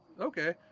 Okay